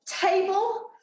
table